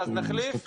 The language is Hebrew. אז נחליף.